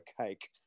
cake